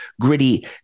gritty